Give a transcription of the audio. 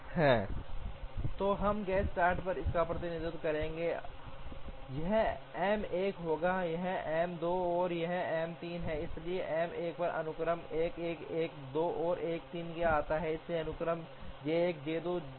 तो हम अब गैंट चार्ट पर इसका प्रतिनिधित्व करेंगे यह एम 1 होगा यह एम 2 है और यह एम 3 है इसलिए एम 1 पर अनुक्रम 1 1 1 2 और 1 3 से आता है इसलिए अनुक्रम J 1 J 2 J 3 है